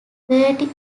thirty